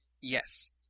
Yes